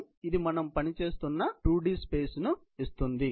ఇది మనం పనిచేస్తున్న 2 d స్పేస్ ను ఇస్తుంది